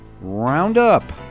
Roundup